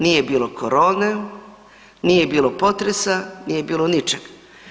Nije bilo korone, nije bilo potresa, nije bilo ničeg.